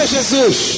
Jesus